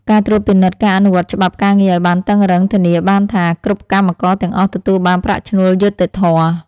ការត្រួតពិនិត្យការអនុវត្តច្បាប់ការងារឱ្យបានតឹងរ៉ឹងធានាបានថា គ្រប់កម្មករទាំងអស់ទទួលបានប្រាក់ឈ្នួលយុត្តិធម៌។